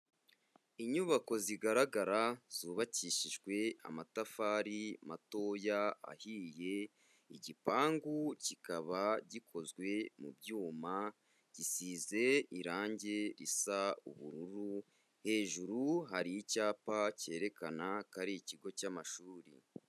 Inyubako zigaragara zubakishijwe amatafari matoya ahiye, igipangu kikaba gikozwe mu byuma, gisize irangi risa ubururu, hejuru hari icyapa cyerekana ko ari ikigo cy'amashuri.